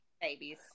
Babies